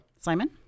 Simon